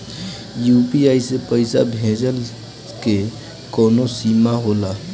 UPI से पईसा भेजल के कौनो सीमा होला?